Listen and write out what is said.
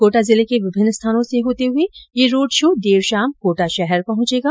कोटा जिले के विभिन्न स्थानों से होते हुए यह रोड़ शो देर शाम कोटा शहर पह चेगा